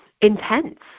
intense